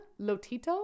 Lotito